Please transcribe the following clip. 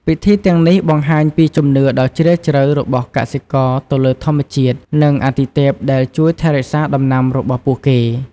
ពិធីទាំងនេះបង្ហាញពីជំនឿដ៏ជ្រាលជ្រៅរបស់កសិករទៅលើធម្មជាតិ និងអាទិទេពដែលជួយថែរក្សាដំណាំរបស់ពួកគេ។